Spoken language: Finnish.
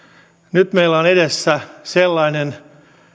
nyt meillä on edessä sellainen